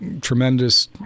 tremendous